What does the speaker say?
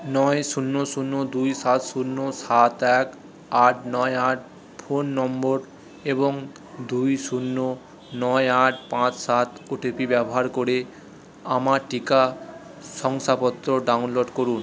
নয় শূন্য শূন্য দুই সাত শূন্য সাত এক আট নয় আট ফোন নম্বর এবং দুই শূন্য নয় আট পাঁচ সাত ওটিপি ব্যবহার করে আমার টিকা শংসাপত্র ডাউনলোড করুন